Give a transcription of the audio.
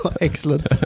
Excellent